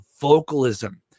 vocalism